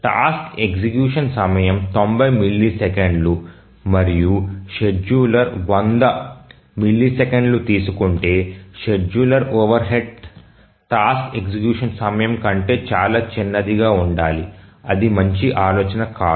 task execution సమయం 90 మిల్లీసెకన్లు మరియు షెడ్యూలర్ 100 మిల్లీసెకన్లు తీసుకుంటే scheduler overhead task execution సమయం కంటే చాలా చిన్నదిగా ఉండాలి అది మంచి ఆలోచన కాదు